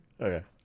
okay